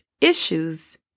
issues